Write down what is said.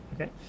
Okay